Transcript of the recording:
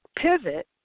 pivot